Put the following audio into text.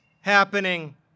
happening